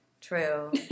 true